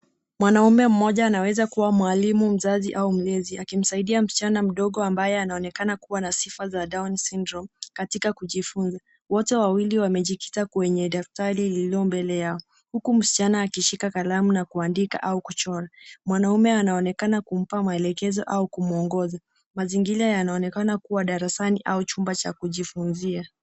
mwanaume mmoja anawezakuwa mwalimu, mzazi au mlezi akimsaidia msichana mdogo ambaye anaonekana kuwa na sifa za down syndrome , katika kujifunza. Wote wawili wamejikita kwenye daftari lilio mbele yao huku msichana akishika kalamu na kuandika au kuchora. Mwanaume anaonekana kumpa maelekezo au kumwongoza. Mazingira yanaonekana kuwa darasani au chumba cha kujifunzia.